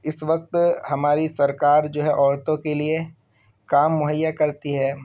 اس وقت ہماری سرکار جو ہے عورتوں کے لیے کام مہیا کرتی ہے